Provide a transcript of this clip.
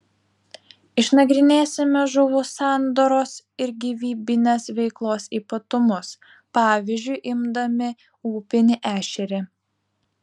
išnagrinėsime žuvų sandaros ir gyvybinės veiklos ypatumus pavyzdžiu imdami upinį ešerį